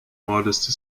modesty